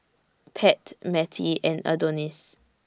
Pat Mattie and Adonis